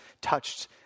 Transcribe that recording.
touched –